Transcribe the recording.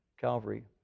Calvary